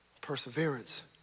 Perseverance